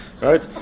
right